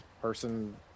person